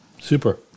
Super